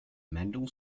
manual